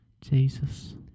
Jesus